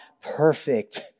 perfect